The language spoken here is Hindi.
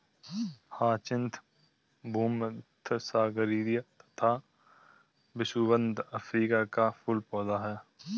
ह्याचिन्थ भूमध्यसागरीय तथा विषुवत अफ्रीका का मूल पौधा है